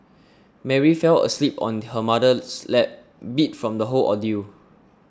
Mary fell asleep on her mother's lap beat from the whole ordeal